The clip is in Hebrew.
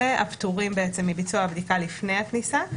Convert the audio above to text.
אלה הפטורים מביצוע הבדיקה לפני הכניסה.